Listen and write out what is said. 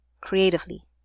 creatively